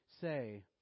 say